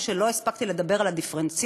לא הספקתי לדבר על הדיפרנציאלי,